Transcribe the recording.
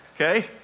Okay